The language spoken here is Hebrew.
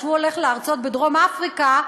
שהולך להרצות בדרום אפריקה,